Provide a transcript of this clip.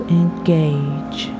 engage